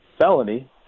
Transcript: felony